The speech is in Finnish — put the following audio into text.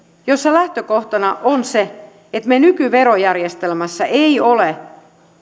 joissa lähtökohtana on se että meidän nykyverojärjestelmässämme ei ole